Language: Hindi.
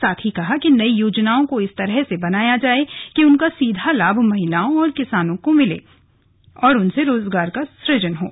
साथ ही कहा कि नई योजनाओं को इस तरह से बनाया जाए कि उनका सीधा लाभ महिलाओं और किसानों को मिले और उनसे स्वरोजगार सुजन हो सके